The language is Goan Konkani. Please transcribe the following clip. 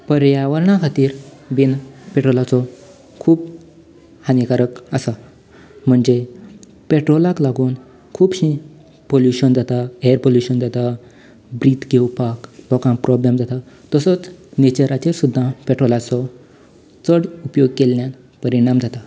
पर्यावरणां खातीर बीन पेट्रोलाचो खूब हानिकारक आसा म्हणजे पेट्रोलाक लागून खूबशें पल्यूशन जाता ऍर पल्यूशन जाता ब्रिथ घेवपाक लोकांक प्रोबल्म जाता तसोच नेचराचेर सुद्दां पेट्रोलाचो चड उपयोग केल्ल्यान परिणाम जाता